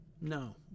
No